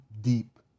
deep